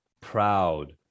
proud